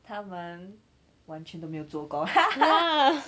他们完全都没有做工